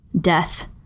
death